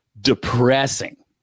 depressing